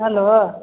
hello